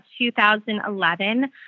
2011